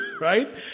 right